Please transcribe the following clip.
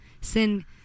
sin